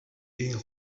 ийн